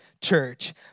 church